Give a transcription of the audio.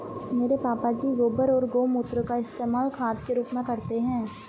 मेरे पापा जी गोबर और गोमूत्र का इस्तेमाल खाद के रूप में करते हैं